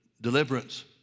deliverance